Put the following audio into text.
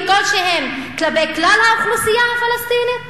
כלשהם כלפי כלל האוכלוסייה הפלסטינית?